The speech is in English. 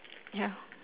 ya